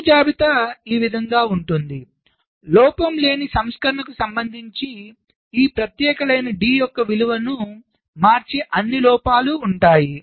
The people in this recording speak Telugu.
తప్పు జాబితా ఈ విధంగా ఉంటుంది లోపం లేని సంస్కరణకు సంబంధించి ఈ ప్రత్యేక పంక్తి D యొక్క విలువను మార్చే అన్ని లోపాలు ఉంటాయి